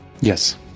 Yes